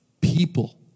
people